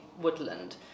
Woodland